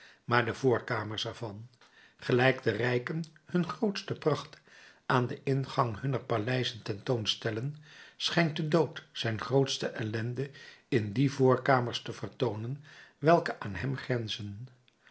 maar de voorkamers ervan gelijk de rijken hun grootste pracht aan den ingang hunner paleizen ten toon stellen schijnt de dood zijn grootste ellende in die voorkamers te vertoonen welke aan hem grenzen